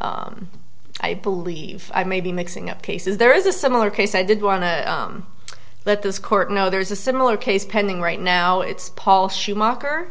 i believe i may be mixing up cases there is a similar case i did want to let this court know there is a similar case pending right now it's paul schumacher